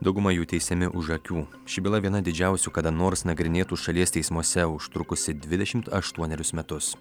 dauguma jų teisiami už akių ši byla viena didžiausių kada nors nagrinėtų šalies teismuose užtrukusi dvidešimt aštuonerius metus